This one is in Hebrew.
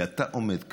ואתה עומד כאן,